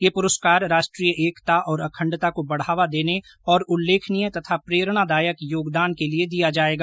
यह पुरस्कार राष्ट्रीय एकता और अखंडता को बढ़ावा देने और उल्लेखनीय तथा प्रेरणादायक योगदान के लिए दिया जाएगा